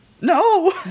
no